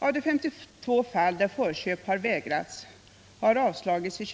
Av de 52 fall där förköp har vägrats har avslaget i